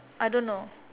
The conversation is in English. I don't know